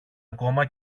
ακόμα